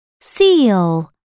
seal